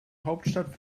hauptstadt